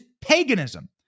paganism